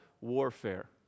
warfare